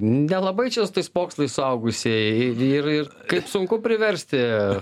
nelabai čia su tais mokslais suaugusieji ir ir kaip sunku priversti